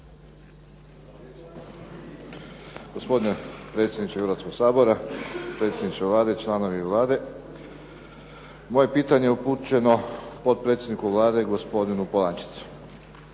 Gospodine predsjedniče Hrvatskog sabora, predsjedniče Vlade i članovi Vlade. Moje pitanje je upućeno potpredsjedniku Vlade, gospodinu Polančecu.